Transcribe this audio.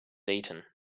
eaten